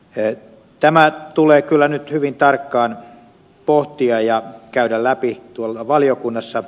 tämä tulee kyllä nyt hyvin tarkkaan pohtia ja käydä läpi valiokunnassa